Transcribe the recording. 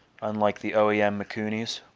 unlike the oem yeah makuu knees